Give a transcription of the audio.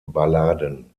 balladen